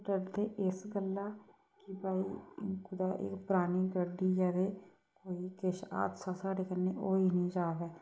ओह् डरदे इस गल्ला कि भाई कि कुतै परानी गड्डी ऐ ते कोई किश हादसा साढ़े कन्नै किश होई नी जा